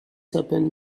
happened